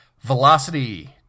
Velocity